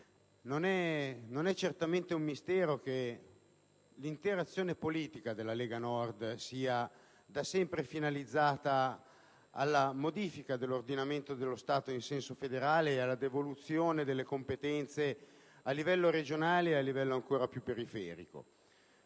non è certamente un mistero che l'intera azione politica della Lega Nord sia da sempre finalizzata alla modifica dell'ordinamento dello Stato in senso federale e alla devoluzione delle competenze a livello regionale e periferico.